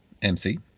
MC